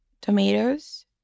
tomatoes